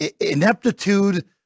ineptitude